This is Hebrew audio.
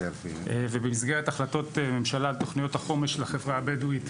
ובמסגרת החלטות הממשלה על תוכניות החומש לחברה הבדואית,